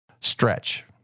stretch